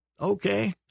okay